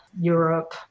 Europe